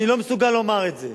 אני לא מסוגל לומר את זה.